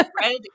red